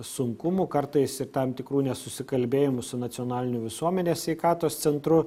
sunkumų kartais ir tam tikrų nesusikalbėjimų su nacionaliniu visuomenės sveikatos centru